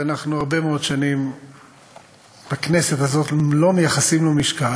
ואנחנו הרבה מאוד שנים בכנסת הזאת לא מייחסים לו משקל,